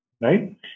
right